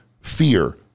fear